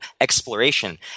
exploration